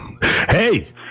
Hey